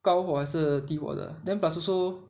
高火还是低火的 then plus also